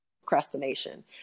procrastination